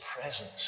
presence